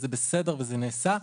זה בסדר ונעשה,